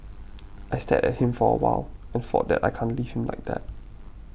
I stared at him for a while and thought that I can't leave him like that